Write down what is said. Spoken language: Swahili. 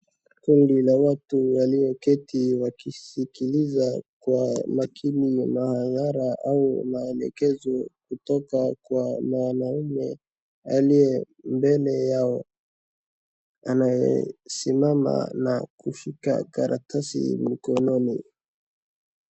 Kundi la watu walioketi wakisikiliza kwa makini mahadhara au maelekezo kutoka kwa mwanamume aliye mbele yao anayesimama na kushika karatasi mkononi.